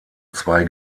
zwei